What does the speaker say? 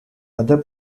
other